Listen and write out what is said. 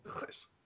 Nice